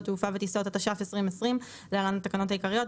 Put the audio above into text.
תעופה וטיסות) התש"ף-2020 (להלן התקנות העיקריות),